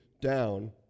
down